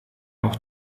auch